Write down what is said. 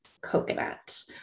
Coconut